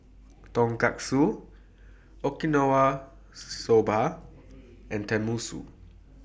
Tonkatsu Okinawa Soba and Tenmusu